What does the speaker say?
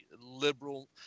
liberal